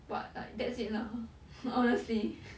but like that's it lah honestly